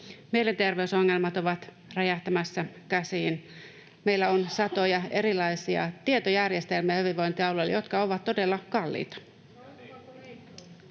Mielenterveysongelmat ovat räjähtämässä käsiin. Meillä on hyvinvointialueilla satoja erilaisia tietojärjestelmiä, jotka ovat todella kalliita.